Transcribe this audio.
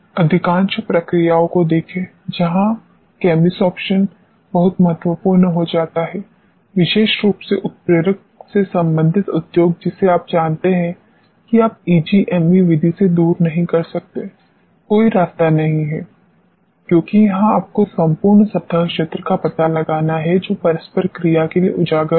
अधिकांश प्रक्रियाओं को देखें जहां केमिसॉर्प्शन बहुत महत्वपूर्ण हो जाता है विशेष रूप से उत्प्रेरक से संबंधित उद्योग जिसे आप जानते हैं कि आप ईजीएमई विधि से दूर नहीं रह सकते हैं कोई रास्ता नहीं है क्योंकि यहां आपको संपूर्ण सतह क्षेत्र का पता लगाना है जो परस्पर क्रिया के लिए उजागर होता है